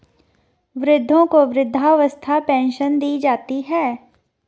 वृद्धों को वृद्धावस्था पेंशन दी जाती है